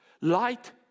Light